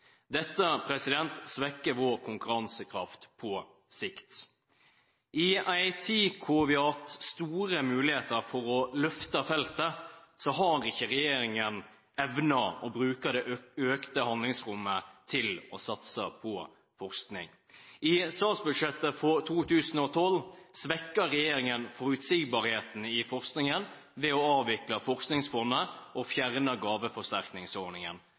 Dette svekker vår konkurransekraft på sikt. I en tid da vi har hatt store muligheter for å løfte feltet, har ikke regjeringen evnet å bruke det økte handlingsrommet til å satse på forskning. I statsbudsjettet for 2012 svekket regjeringen forutsigbarheten i forskningen ved å avvikle Forskningsfondet og å fjerne gaveforsterkningsordningen.